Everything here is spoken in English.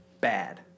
bad